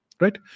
Right